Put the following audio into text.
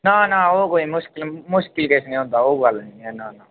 ना ना ओह् कोई मुश्कल मुश्कल किश नि होंदा ओह् गल्ल नि ऐ ना ना